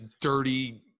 dirty